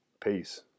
Peace